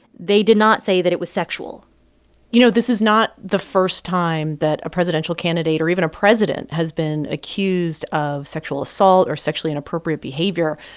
they did not say that it was sexual you know, this is not the first time that a presidential candidate or even a president has been accused of sexual assault or sexually inappropriate behavior.